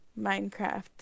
Minecraft